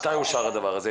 מתי אושר הדבר הזה?